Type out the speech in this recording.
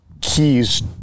keys